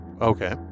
okay